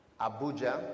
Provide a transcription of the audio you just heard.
Abuja